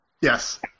Yes